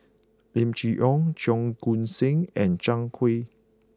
Lim Chee Onn Cheong Koon Seng and Zhang Hui